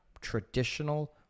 traditional